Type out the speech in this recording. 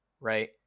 right